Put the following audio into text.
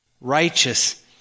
Righteous